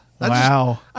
Wow